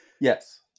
Yes